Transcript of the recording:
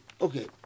Okay